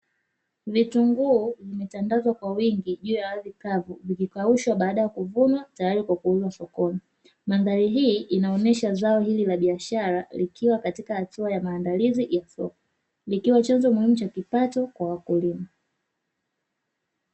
Vitunguu vimetandazwa kwa wingi juu ya ardhi kavu, vikikaushwa baada ya kuvunwa tayari kwa kuuzwa sokoni. Mandhari hii inaonyesha zao hili la biashara likiwa katika hatua ya maandalizi ya soko, likiwa chanzo muhimu cha kipato kwa wakulima.